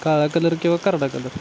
काळा कलर किंवा करडा कलर